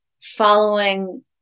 following